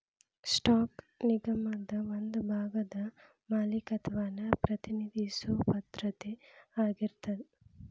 stock ನಿಗಮದ ಒಂದ ಭಾಗದ ಮಾಲೇಕತ್ವನ ಪ್ರತಿನಿಧಿಸೊ ಭದ್ರತೆ ಆಗಿರತ್ತ